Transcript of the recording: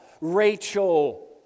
Rachel